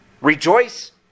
Rejoice